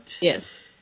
Yes